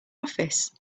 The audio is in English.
office